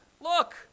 look